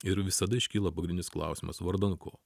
ir visada iškyla pagrindinis klausimas vardan ko